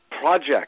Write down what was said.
project